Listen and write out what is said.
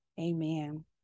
Amen